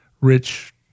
rich